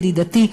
ידידתי,